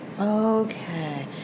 Okay